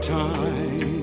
time